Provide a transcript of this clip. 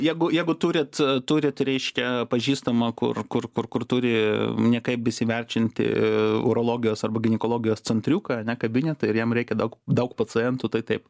jegu jegu turit turit reiškia pažįstamą kur kur kur kur turi nekaip besiverčiantį urologijos arba ginekologijos centriuką ane kabinetą ir jam reikia daug daug pacientų tai taip